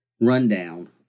rundown